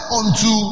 unto